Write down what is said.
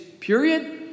period